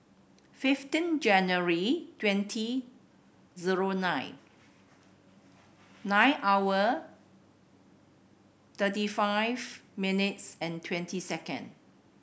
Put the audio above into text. fifteen January twenty zero nine nine hour thirty five minutes and twenty second